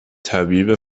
طبیب